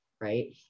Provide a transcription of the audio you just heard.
right